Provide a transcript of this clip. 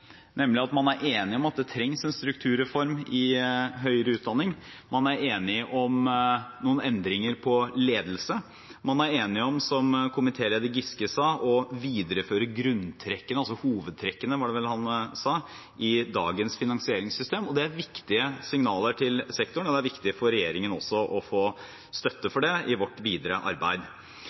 nemlig at det trengs en strukturreform i høyere utdanning. Man er enig om noen endringer på ledelse. Man er enig om, som komitéleder Giske sa, å videreføre grunntrekkene – hovedtrekkene, var det vel han sa – i dagens finansieringssystem. Det er viktige signaler til sektoren, og det er viktig for regjeringen også å få støtte for det i vårt videre arbeid.